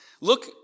Look